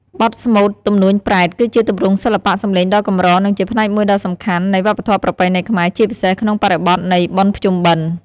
បទស្មូត ទំនួញប្រេត គឺជាទម្រង់សិល្បៈសំឡេងដ៏កម្រ និងជាផ្នែកមួយដ៏សំខាន់នៃ វប្បធម៌ប្រពៃណីខ្មែរ ជាពិសេសក្នុងបរិបទនៃ បុណ្យភ្ជុំបិណ្ឌ។